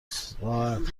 ساعت